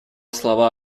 слова